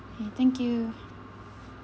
okay thank you